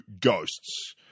ghosts